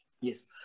Yes